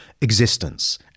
existence